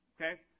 okay